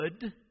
good